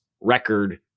record